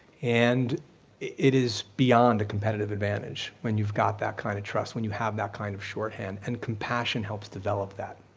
and it is beyond a competitive advantage when you've got that kind of trust, when you have that kind of shorthand and compassion helps develop that.